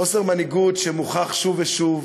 חוסר מנהיגות שמוכח שוב ושוב,